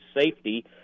safety